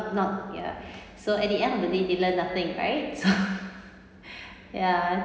not ya so at the end of the day they learned nothing right so ya